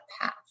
path